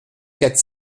quatre